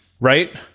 Right